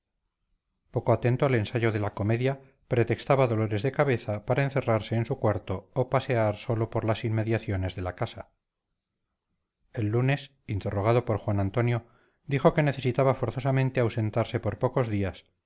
poco atento al ensayo de la comedia pretextaba dolores de cabeza para encerrarse en su cuarto o pasear sólo por las inmediaciones de la casa el lunes interrogado por juan antonio dijo que necesitaba forzosamente ausentarse por pocos días